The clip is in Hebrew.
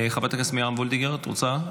חברת הכנסת מרים וולדיגר, את רוצה?